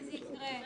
יקרה?